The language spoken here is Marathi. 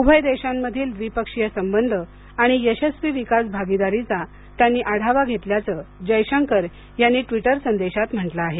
उभय देशांमधील द्विपक्षीय संबंध आणि यशस्वी विकास भागीदारीचा त्यांनी आढावा घेतल्याचं जयशंकर यांनी ट्वीटर संदेशात म्हंटल आहे